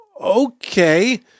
okay